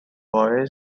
boy